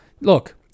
look